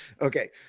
Okay